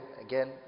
again